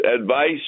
advice